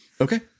Okay